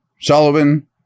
Sullivan